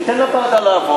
ניתן לוועדה לעבוד,